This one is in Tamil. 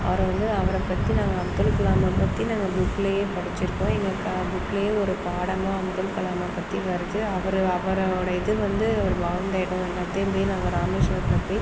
அவரை வந்து அவரை பற்றி நாங்கள் அப்துல் கலாமை பற்றி நாங்கள் புக்லேயே படிச்சுருக்கோம் எங்களுக்கு புக்லேயே ஒரு பாடமாக அப்துல் கலாமை பற்றி வருது அவர் அவரோடய இது வந்து வாழ்ந்த இடம் எல்லாத்தையும் போய் நாங்கள் ராமேஸ்வரத்தில் போய்